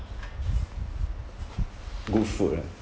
good food ah